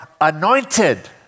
anointed